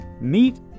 meet